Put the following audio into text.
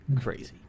crazy